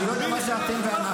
אני לא יודע מה זה אתם ואנחנו,